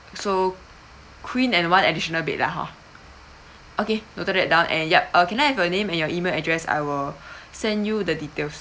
so queen and one additional bed lah ha okay noted that down and yup uh can I have your name and your email address I will send you the details